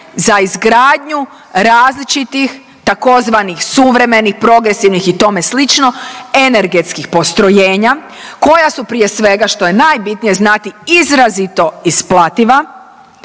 za izgradnju različitih tzv. suvremenih, progresivnih i tome slično energetskih postrojenja koja su prije svega što je najbitnije znati izrazito isplativa